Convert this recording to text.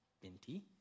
Binti